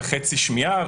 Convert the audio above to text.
בחצי שמיעה,